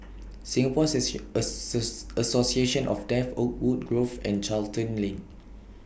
Singapore Association of Deaf Oakwood Grove and Charlton Lane